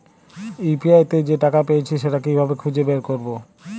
UPI তে যে টাকা পেয়েছি সেটা কিভাবে খুঁজে বের করবো?